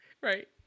Right